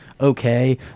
okay